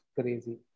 crazy